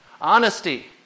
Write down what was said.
Honesty